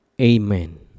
Amen